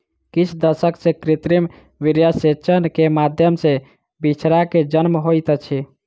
किछ दशक सॅ कृत्रिम वीर्यसेचन के माध्यम सॅ बछड़ा के जन्म होइत अछि